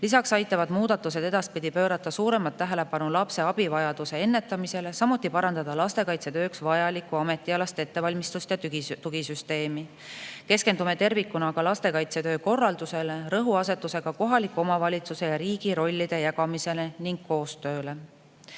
Lisaks aitavad muudatused pöörata edaspidi suuremat tähelepanu lapse abivajaduse ennetamisele, samuti parandada lastekaitsetööks vajalikku ametialast ettevalmistust ja tugisüsteemi. Keskendume tervikuna ka lastekaitsetöö korraldusele, rõhuasetusega kohaliku omavalitsuse ja riigi rollide jagamisel ning koostööl.